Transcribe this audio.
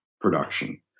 production